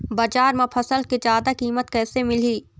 बजार म फसल के जादा कीमत कैसे मिलही?